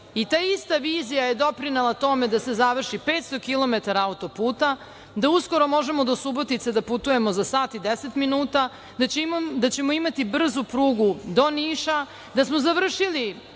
i ta ista vizija je doprinela tome da se završi 500 kilometara auto-puta, da uskoro možemo do Subotice da putujemo za sat i 10 minuta, da ćemo imati brzu prugu do Niša, da smo završili